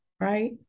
right